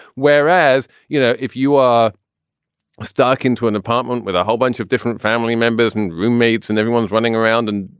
whereas, you know, if you are stuck into an apartment with a whole bunch of different family members and roommates and everyone's running around and,